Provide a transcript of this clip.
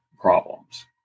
problems